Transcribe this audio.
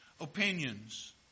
opinions